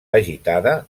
agitada